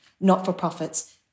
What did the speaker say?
not-for-profits